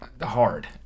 hard